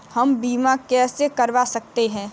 हम बीमा कैसे करवा सकते हैं?